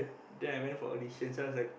then I went for audition so I was like